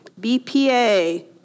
BPA